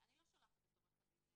אני לא שולחת את עורך הדין,